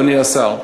אדוני השר,